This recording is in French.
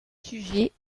sujets